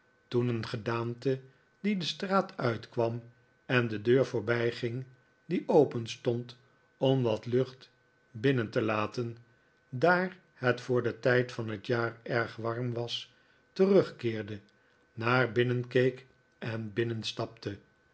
toen een gedaante die de straat uitkwam en de deur voorbijging die openstond om wat lucht binneh te laten daar het voor den tijd van het jaar erg warm was terugkeerde naar binnen keek en binnenstapte